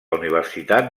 universitat